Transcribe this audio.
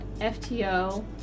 FTO